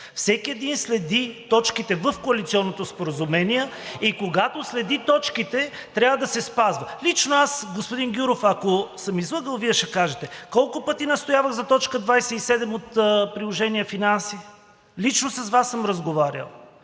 Всеки един следи точките в коалиционното споразумение и когато следи точките, трябва да се спазва. Лично аз, господин Гюров, ако съм излъгал, Вие ще кажете. Колко пъти настоявах за т. 27 от Приложение „Финанси“ – лично с Вас съм разговарял?!